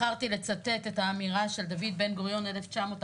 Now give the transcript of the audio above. בחרתי לצטט את האמירה של דוד בן גוריון מ-1949: